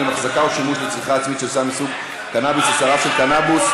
(החזקה או שימוש לצריכה עצמית של סם מסוג קנבוס או שרף של קנבוס),